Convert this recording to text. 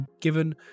given